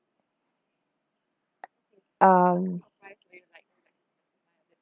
um